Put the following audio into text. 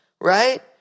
right